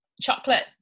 chocolate